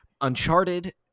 uncharted